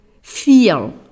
feel